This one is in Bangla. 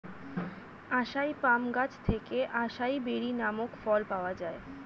আসাই পাম গাছ থেকে আসাই বেরি নামক ফল পাওয়া যায়